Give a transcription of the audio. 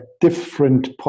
different